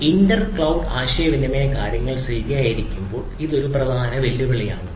ഒരു inter cloud ആശയവിനിമയ കാര്യങ്ങൾ ശരിയായിരിക്കുമ്പോൾ ഇത് ഒരു പ്രധാന വെല്ലുവിളിയാണ്